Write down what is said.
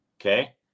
okay